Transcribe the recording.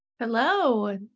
Hello